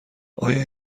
آیا